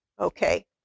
Okay